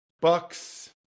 Bucks